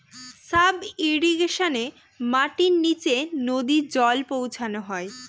sub ইর্রিগেশনে মাটির নীচে নদী জল পৌঁছানো হয়